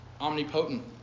omnipotent